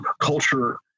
culture